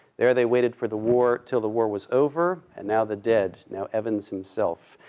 there they waited for the war, til the war was over, and now the dead, now evans himself.